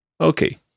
Okay